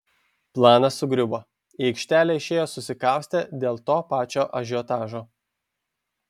planas sugriuvo į aikštelę išėjo susikaustę dėl to pačio ažiotažo